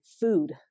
food